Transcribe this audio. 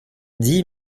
dit